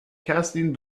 kerstin